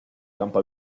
campo